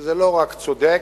שזה לא רק צודק,